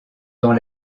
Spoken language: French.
dans